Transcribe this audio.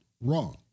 wrong